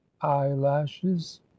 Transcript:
eyelashes